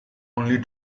only